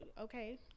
Okay